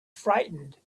frightened